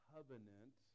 Covenant